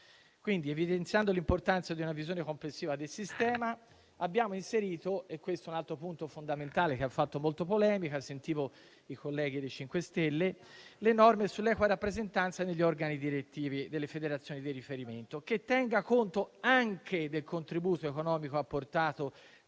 Evidenziando l'importanza di una visione complessiva del sistema, abbiamo inserito - questo è un altro punto fondamentale che ha suscitato molte polemiche, come sentivo dai colleghi del MoVimento 5 Stelle - le norme sull'equa rappresentanza negli organi direttivi delle federazioni di riferimento, che tenga conto anche del contributo economico apportato